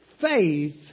faith